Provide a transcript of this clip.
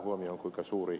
kyllä tässä ed